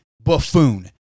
buffoon